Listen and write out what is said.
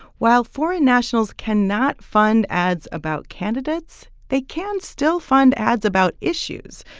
while foreign nationals can not fund ads about candidates, they can still fund ads about issues.